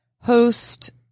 host